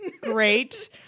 great